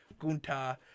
Gunta